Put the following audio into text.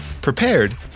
prepared